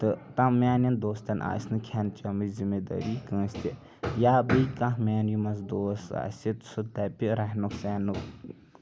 تہٕ میٲنین دوستن آسہِ نہٕ کھیٚن چینٕچ زِمہٕ دٲری کٲنسہِ تہِ یا بیٚیہِ کانٛہہ میانیٚو منٛز دوس آسہِ سُہ دَپہِ رہنُک سہنُک